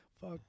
fuck